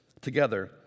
together